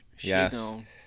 Yes